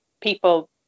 people